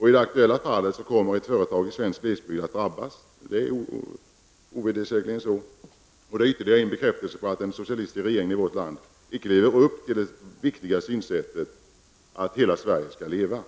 I det aktuella fallet kommer ett företag i svensk glesbygd att drabbas -- det är ovedersägligt. Det är ytterligare en bekräftelse på att den socialistiska regeringen i vårt land icke lever upp till det viktiga synsättet att hela Sverige skall leva.